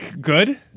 Good